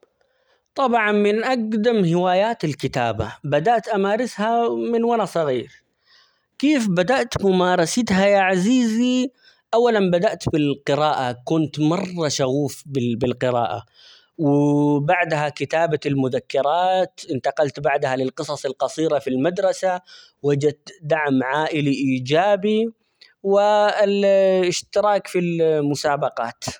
طبعًا من أقدم هواياتي الكتابة ، بدأت امارسها من وأنا صغير، كيف بدأت ممارستها يا عزيزي؟ أولًا بدأت بالقراءة كنت مرة شغوف -بال- بالقراءة ، و بعدها كتابة المذكرات، انتقلت بعدها للقصص القصيرة في المدرسة، وجدت دعم عائلي إيجابي، و الإ شتراك في المسابقات.